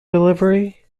delivery